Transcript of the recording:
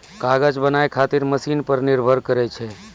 कागज बनाय खातीर मशिन पर निर्भर करै छै